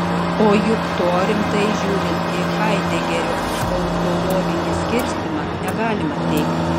o juk to rimtai žiūrint į haidegerio ontologinį skirstymą negalima teigti